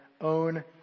own